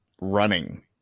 running